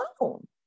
alone